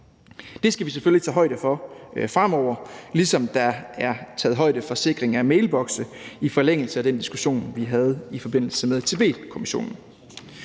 Det skal vi selvfølgelig tage højde for fremover, ligesom der er taget højde for sikring af mailbokse i forlængelse af den diskussion, vi havde i forbindelse med Tibetkommissionen.